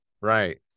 right